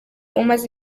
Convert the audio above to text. umaze